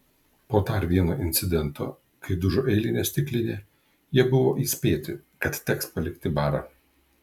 po dar vieno incidento kai dužo eilinė stiklinė jie buvo įspėti kad teks palikti barą